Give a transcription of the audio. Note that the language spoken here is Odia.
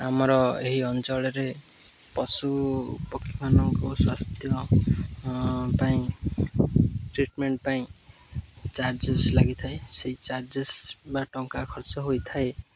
ଆମର ଏହି ଅଞ୍ଚଳରେ ପଶୁ ପକ୍ଷୀମାନଙ୍କୁ ସ୍ୱାସ୍ଥ୍ୟ ପାଇଁ ଟ୍ରିଟମେଣ୍ଟ ପାଇଁ ଚାର୍ଜେସ୍ ଲାଗିଥାଏ ସେଇ ଚାର୍ଜେସ୍ ବା ଟଙ୍କା ଖର୍ଚ୍ଚ ହୋଇଥାଏ